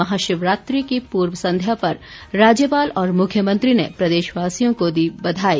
महाशिवरात्रि की पूर्व संध्या पर राज्यपाल और मुख्यमंत्री ने प्रदेशवासियों को दी बधाई